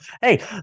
hey